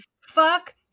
fuck